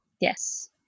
Yes